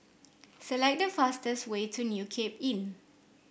select the fastest way to New Cape Inn